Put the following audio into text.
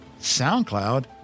SoundCloud